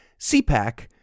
CPAC